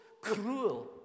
cruel